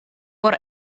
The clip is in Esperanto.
por